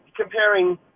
comparing